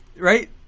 right?